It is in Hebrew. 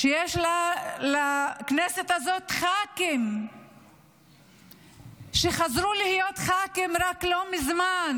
כשיש לכנסת הזאת ח"כים שחזרו להיות ח"כים רק לא מזמן,